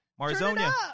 Marzonia